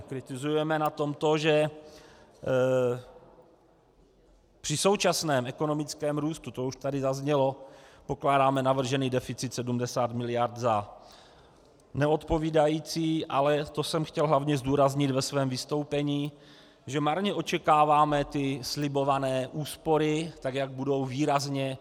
Kritizujeme na tom to, že při současném ekonomickém růstu, to už tady zaznělo, pokládáme navržený deficit 70 mld. za neodpovídající, ale to jsem chtěl hlavně zdůraznit ve svém vystoupení, že marně očekáváme ty slibované úspory, jak budou výrazné.